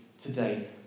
today